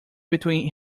between